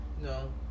No